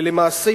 ולמעשה,